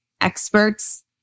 experts